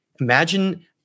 imagine